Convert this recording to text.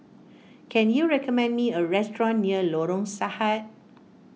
can you recommend me a restaurant near Lorong Sahad